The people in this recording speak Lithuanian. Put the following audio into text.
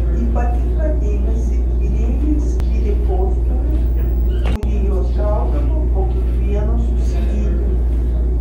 ypatingą dėmesį tyrėjai skyrė postūmiui kurį jos gaudavo po kiekvieno susiliejimo